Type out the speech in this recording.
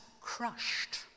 crushed